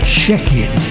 check-in